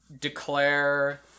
declare